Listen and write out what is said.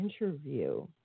interview